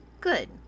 Good